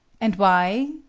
and why?